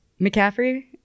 McCaffrey